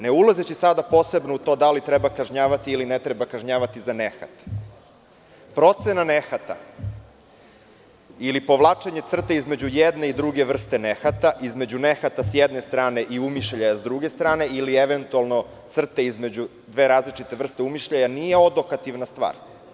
Ne ulazeći sada posebno u to da li treba kažnjavati ili ne treba kažnjavati za nehat, procena nehata ili povlačenje crte između jedne i druge vrste nehata, između nehata sa jedne strane i umišljaja sa druge strane ili eventualno crte između dve različite vrste umišljaja, nije odokativna stvar.